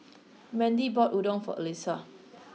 Mandy bought Udon for Alissa